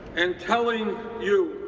in telling you